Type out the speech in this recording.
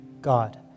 God